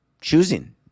choosing